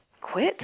quit